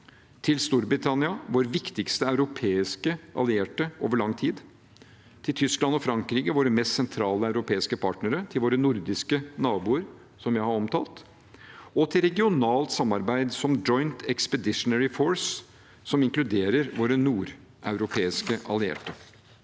til Storbritannia, vår viktigste europeiske allierte over lang tid, til Tyskland og Frankrike, våre mest sentrale europeiske partnere, til våre nordiske naboer, som jeg har omtalt, og til regionalt samarbeid som Joint Expeditionary Force, som inkluderer våre nordeuropeiske allierte.